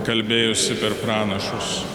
kalbėjusį per pranašus